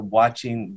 watching